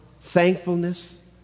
Thankfulness